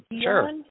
sure